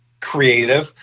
creative